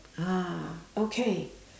ah okay